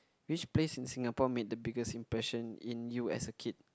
which place in Singapore made the biggest impression in you as a kid